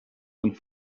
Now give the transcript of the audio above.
don